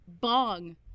bong